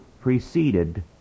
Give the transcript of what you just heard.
preceded